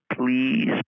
Please